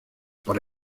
por